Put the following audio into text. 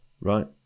right